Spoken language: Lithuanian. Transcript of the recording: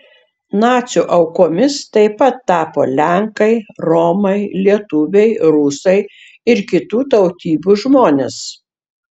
nacių aukomis taip pat tapo lenkai romai lietuviai rusai ir kitų tautybių žmonės